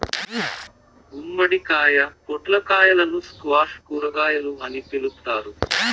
గుమ్మడికాయ, పొట్లకాయలను స్క్వాష్ కూరగాయలు అని పిలుత్తారు